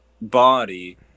body